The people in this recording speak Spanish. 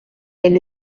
del